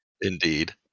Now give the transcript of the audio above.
Indeed